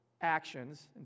actions